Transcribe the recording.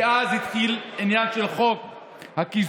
כי אז התחיל העניין של חוק הקיזוז,